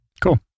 Cool